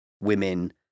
women